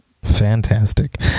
Fantastic